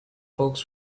folks